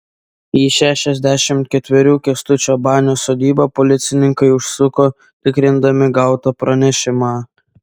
į šešiasdešimt ketverių kęstučio banio sodybą policininkai užsuko tikrindami gautą pranešimą